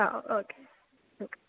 ആ okay okay